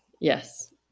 Yes